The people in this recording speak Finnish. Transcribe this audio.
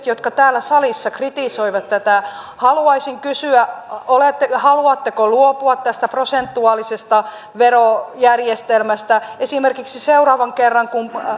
jotka täällä salissa kritisoivat tätä haluaisin kysyä haluatteko luopua tästä prosentuaalisesta verojärjestelmästä esimerkiksi seuraavan kerran kun